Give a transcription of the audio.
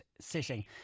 sitting